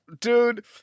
dude